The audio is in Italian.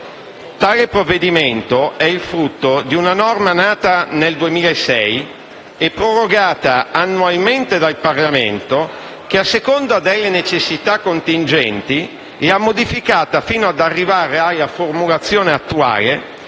Tale provvedimento è il frutto di una norma nata nel 2006 e prorogata annualmente dal Parlamento che, a seconda delle necessità contingenti, l'ha modificata fino ad arrivare alla formulazione attuale